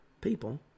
people